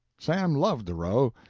sam loved the roe.